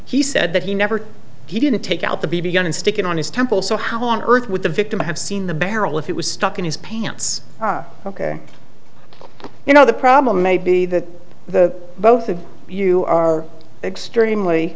he said that he never he didn't take out the b b gun and stick it on his temple so how on earth would the victim have seen the barrel if it was stuck in his pants ok you know the problem may be that the both of you are extremely